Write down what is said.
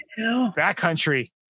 backcountry